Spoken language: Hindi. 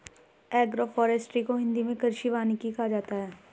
एग्रोफोरेस्ट्री को हिंदी मे कृषि वानिकी कहा जाता है